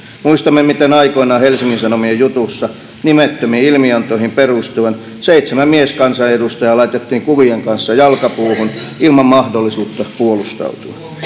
muistamme miten aikoinaan helsingin sanomien jutussa nimettömiin ilmiantoihin perustuen seitsemän mieskansanedustajaa laitettiin kuvien kanssa jalkapuuhun ilman mahdollisuutta puolustautua